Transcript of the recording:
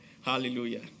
Hallelujah